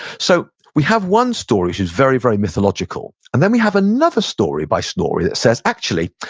so we have one story, which is very, very mythological and then we have another story by snorri that says, actually,